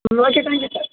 ಹ್ಞೂ okay thank you sir